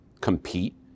compete